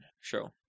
show